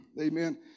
Amen